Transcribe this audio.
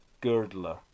Girdler